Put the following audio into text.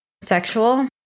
Sexual